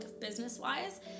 business-wise